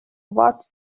what